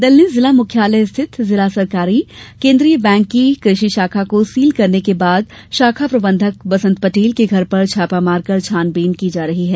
दल ने जिला मुख्यालय स्थित जिला सहकारी केन्द्रीय बैंक की कृषि शाखा को सील करने के बाद शाखा प्रंबधक बसंत पटेल के घर छापो मारकर छानबीन की जा रही है